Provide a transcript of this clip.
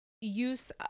Use